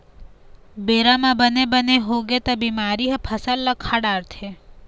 बेरा म बने बने होगे त बिमारी ह फसल ल खा डारथे